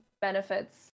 benefits